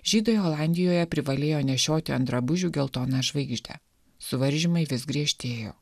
žydai olandijoje privalėjo nešioti ant drabužių geltoną žvaigždę suvaržymai vis griežtėjo